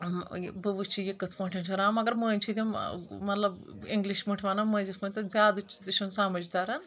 اۭں بہٕ وٕچھہٕ یہِ کتھ پٲٹھۍ چھُ رنان مگر مٔنٛزۍ چھِ تِم مطلب انگلش پٲٹھۍ ونان مٔنٛزۍ یتھ پٲٹھۍ تہٕ زیادٕ تہِ چھُنہٕ سمج تران